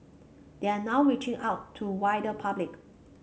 they are now reaching out to wider public